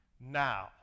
now